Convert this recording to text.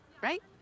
right